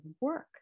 work